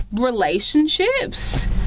relationships